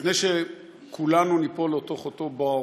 לפני שכולנו ניפול לאותו בור